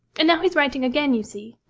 and now he's writing again, you see